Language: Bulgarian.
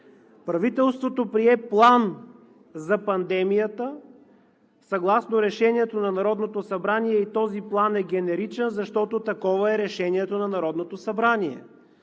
правителството прие план за пандемията съгласно Решението на Народното събрание и този план е генеричен, защото такова е Решението на Народното събрание.